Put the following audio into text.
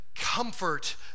comfort